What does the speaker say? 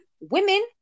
women